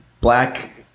black